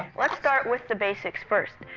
let's start with the basics first.